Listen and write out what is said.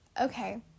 okay